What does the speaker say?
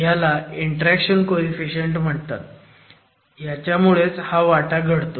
ह्याला interaction coefficient म्हणतात त्याच्यामुळेच हा वाटा घडतो